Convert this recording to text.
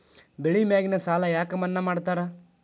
ಬೆಳಿ ಮ್ಯಾಗಿನ ಸಾಲ ಯಾಕ ಮನ್ನಾ ಮಾಡ್ತಾರ?